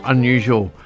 Unusual